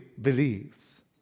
believes